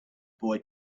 boy